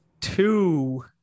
two